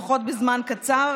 לפחות בזמן קצר,